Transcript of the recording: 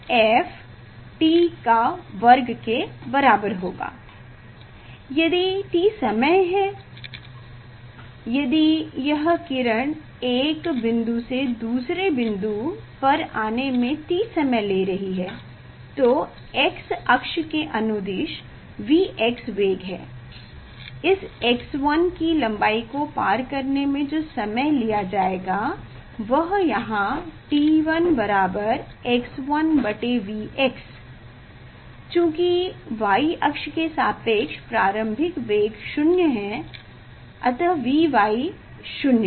यदि t समय है यदि यह किरण एक बिंदु से दूसरे बिंदु पर आने में t समय ले रही है तो x अक्ष के अनुदिश Vx वेग से इसे x1 की लंबाई को पार करने में जो समय लिया जाएगा वो यहाँ t1 x1 Vx चूंकि y अक्ष के सापेक्ष प्रारंभिक वेग 0 है Vy 0 है